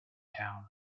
town